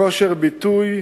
כושר ביטוי,